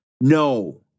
No